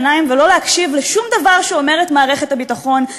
העיניים ולא להקשיב לשום דבר שאומרת מערכת הביטחון,